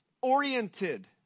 oriented